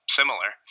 similar